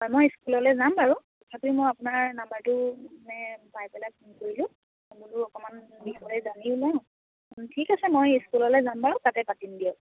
মই স্কুললৈ যাম বাৰু তথাপি মই আপোনাৰ নাম্বাৰটো মানে পাই পেলাই ফোন কৰিলোঁ মানে বোলো অকণমান এই বিষয়ে জানিও লওঁ ঠিক আছে মই স্কুললৈ যাম বাৰু তাতে পাতিম দিয়ক